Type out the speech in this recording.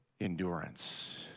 endurance